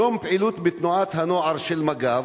יום פעילות בתנועת הנוער של מג"ב.